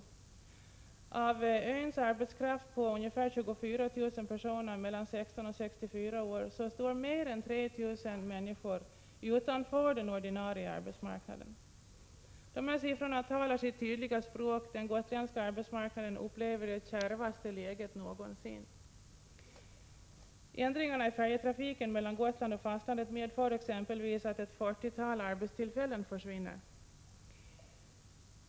Av öns arbetskraft på ungefär 24 000 personer mellan 16 och 64 år står mer än 3 000 utanför den ordinarie arbetsmarknaden. Siffrorna talar sitt tydliga språk: den gotländska arbetsmarknaden upplever det kärvaste läget någonsin. Förändringarna i färjetrafiken mellan Gotland och fastlandet medför exempelvis att ett fyrtiotal arbetstillfällen försvinner.